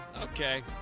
Okay